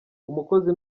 umukozi